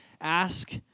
Ask